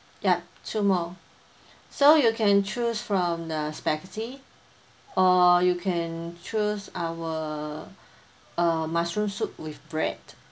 yup two more so you can choose from the spaghetti or you can choose our uh mushroom soup with bread